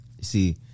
See